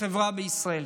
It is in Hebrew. לחברה בישראל.